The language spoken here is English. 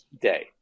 day